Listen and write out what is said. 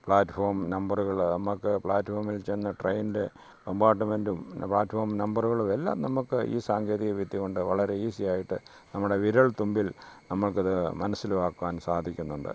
platform നമ്പറുകൾ നമ്മൾക്ക് പ്ലാറ്റ്ഫോമിൽ ചെന്ന് ട്രെയിനിൻ്റെ കംപാർട്ട്മെൻ്റും പിന്നെ പ്ലാറ്റ്ഫോം നമ്പറുകളും എല്ലാം നമ്മൾക്ക് ഈ സാങ്കേതിക വിദ്യകൊണ്ട് വളരെ ഈസിയായിട്ട് നമ്മുടെ വിരൽത്തുമ്പിൽ നമ്മൾക്കത് മനസ്സിലുവാക്കുവാൻ സാധിക്കുന്നുണ്ട്